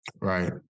Right